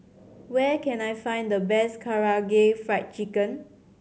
where can I find the best Karaage Fried Chicken